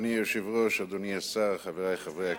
אדוני היושב-ראש, אדוני השר, חברי חברי הכנסת,